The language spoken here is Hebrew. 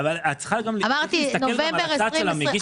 צריך להסתכל גם על הצד של מגיש התביעה.